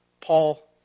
Paul